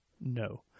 No